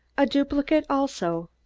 a duplicate also,